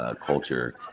culture